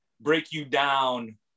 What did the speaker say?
break-you-down –